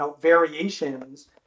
variations